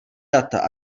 data